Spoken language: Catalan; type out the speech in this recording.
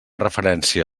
referència